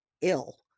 ill